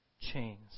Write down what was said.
chains